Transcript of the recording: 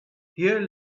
here